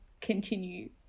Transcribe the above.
continue